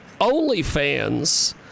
OnlyFans